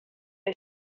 his